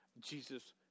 Jesus